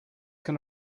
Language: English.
can